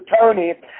Tony